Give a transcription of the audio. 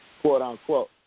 quote-unquote